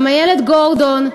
גם איילת גורדון,